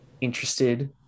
interested